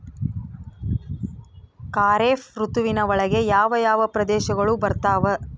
ಖಾರೇಫ್ ಋತುವಿನ ಒಳಗೆ ಯಾವ ಯಾವ ಪ್ರದೇಶಗಳು ಬರ್ತಾವ?